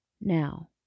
Now